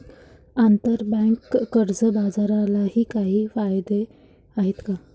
आंतरबँक कर्ज बाजारालाही काही कायदे आहेत का?